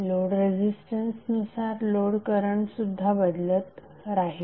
load रेझिस्टन्सनुसार load करंटसुद्धा बदलत राहील